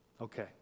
Okay